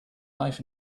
life